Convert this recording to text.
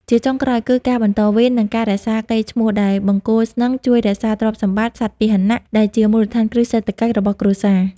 ជាចុងក្រោយគឺ ការបន្តវេន និងការរក្សាកេរ្តិ៍ឈ្មោះ ដែលបង្គោលស្នឹងជួយរក្សាទ្រព្យសម្បត្តិ (សត្វពាហនៈ) ដែលជាមូលដ្ឋានគ្រឹះសេដ្ឋកិច្ចរបស់គ្រួសារ។